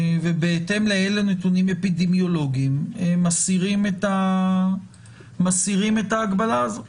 ובהתאם לאלו נתונים אפידמיולוגיים מסירים את ההגבלה הזו?